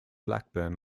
blackburn